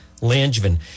Langevin